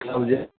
मतलब जे